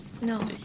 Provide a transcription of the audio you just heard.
No